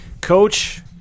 Coach –